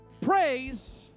Praise